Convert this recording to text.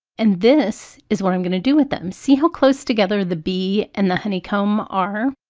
and this is what i'm going to do with them. see how close together the bee and the honeycomb are?